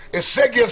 וכותב משהו אחר.